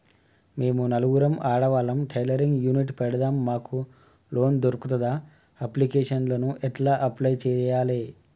మేము నలుగురం ఆడవాళ్ళం టైలరింగ్ యూనిట్ పెడతం మాకు లోన్ దొర్కుతదా? అప్లికేషన్లను ఎట్ల అప్లయ్ చేయాలే?